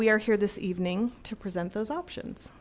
we are here this evening to present those options